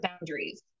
boundaries